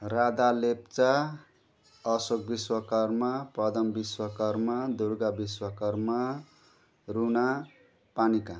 Radha Lepcha Ashok Vishwakarma Padam Vishwakarma Durga Vishwakarma Runa Panika